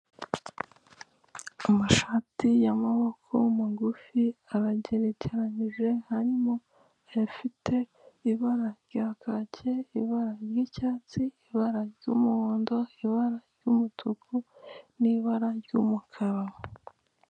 Amashati y'amaboko magufi abageregeranije harimo ayafite ibara rya kake, ibara ry'icyatsi ibara ry'umuhondo ibara ry'umutuku n'ibara ry'umukara.